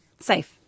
safe